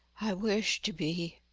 i wish to be.